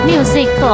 Music